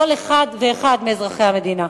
כל אחד ואחד מאזרחי המדינה.